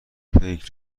پیک